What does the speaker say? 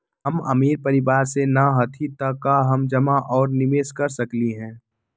हम अमीर परिवार से न हती त का हम जमा और निवेस कर सकली ह?